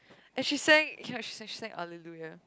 and she sang ya she sang sang Hallelujah